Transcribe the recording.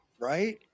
right